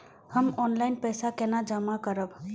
हम ऑनलाइन पैसा केना जमा करब?